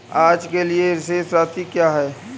आज के लिए शेष राशि क्या है?